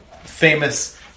famous